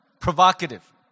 provocative